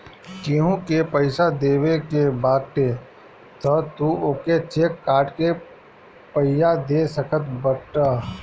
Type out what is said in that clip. केहू के पईसा देवे के बाटे तअ तू ओके चेक काट के पइया दे सकत बाटअ